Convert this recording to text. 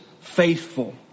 faithful